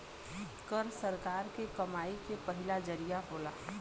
कर सरकार के कमाई के पहिला जरिया होला